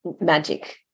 magic